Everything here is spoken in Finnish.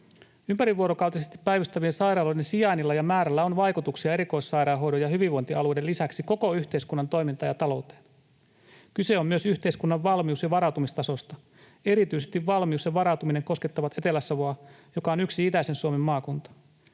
Ympärivuorokautisesti päivystävien sairaaloiden sijainnilla ja määrällä on vaikutuksia erikoissairaanhoidon ja hyvinvointialueiden lisäksi koko yhteiskunnan toimintaan ja talouteen. Kyse on myös yhteiskunnan valmius- ja varautumistasosta. Erityisesti valmius ja varautuminen koskettavat Etelä-Savoa, joka on yksi itäisen Suomen maakunta,